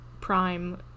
prime